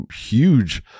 huge